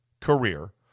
career